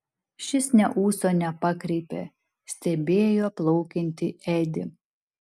šis nė ūso nepakreipė stebėjo plaukiantį edį